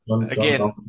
again